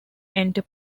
enter